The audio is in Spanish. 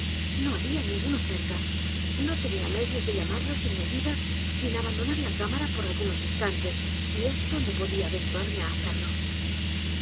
no había ninguno cerca no tenía medios de llamarlos en mi ayuda sin abandonar la cámara por algunos instantes y esto no podía aventurarme á hacerlo